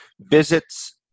visits